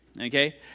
okay